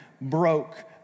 broke